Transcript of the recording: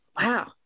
Wow